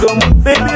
baby